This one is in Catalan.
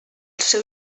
seu